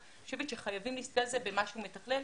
אני חושבת שחייבים להסתכל על זה במשהו מתכלל